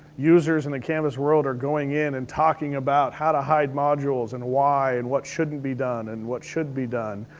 users in the canvas world are going in and talking about how to hide modules, and why and what shouldn't be done, and what should be done.